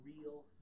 real